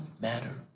matter